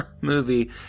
movie